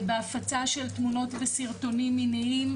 ובהפצה של תמונות וסרטונים מיניים,